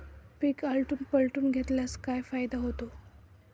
पीक आलटून पालटून घेतल्यास काय फायदा होतो?